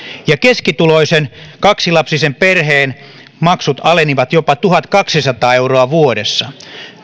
ja keskituloisen kaksilapsisen perheen maksut alenivat jopa tuhatkaksisataa euroa vuodessa